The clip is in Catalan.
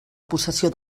possessió